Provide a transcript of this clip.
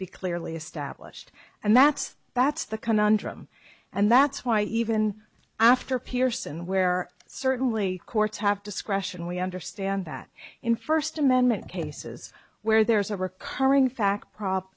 be clearly established and that's that's the conundrum and that's why even after pearson where certainly courts have discretion we understand that in first amendment cases where there is a recurring fact prob